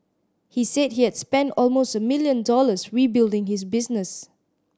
he said he had spent almost a million dollars rebuilding his business